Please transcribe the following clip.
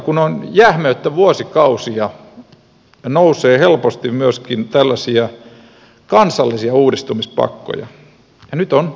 kun on jähmeyttä vuosikausia nousee helposti myöskin tällaisia kansallisia uudistumispakkoja ja nyt on sen aika